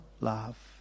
love